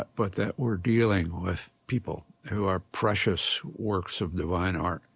but that we're dealing with people who are precious works of divine art.